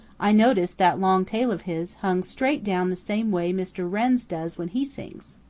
i noticed that long tail of his hung straight down the same way mr. wren's does when he sings.